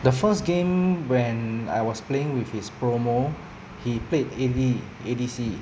the first game when I was playing with his promo he played A_D A_D_C